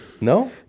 no